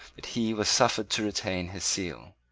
that he was suffered to retain his seals.